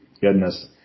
goodness